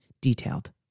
detailed